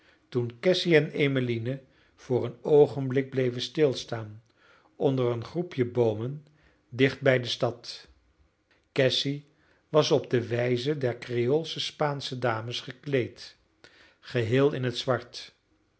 toen cassy en emmeline voor een oogenblik bleven stilstaan onder een groepje boomen dicht bij de stad cassy was op de wijze der creoolsche spaansche dames gekleed geheel in het zwart